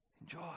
enjoy